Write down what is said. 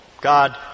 God